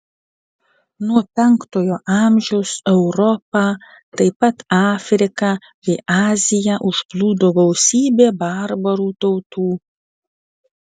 nuo penktojo amžiaus europą taip pat afriką bei aziją užplūdo gausybė barbarų tautų